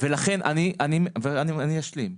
אני אשלים,